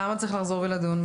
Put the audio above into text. למה צריך לחזור ולדון?